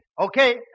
Okay